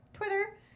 Twitter